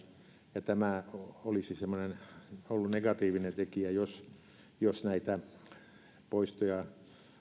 ja tämä olisi ollut semmoinen negatiivinen tekijä jos jos poistoja